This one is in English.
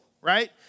right